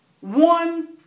one